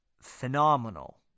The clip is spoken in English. phenomenal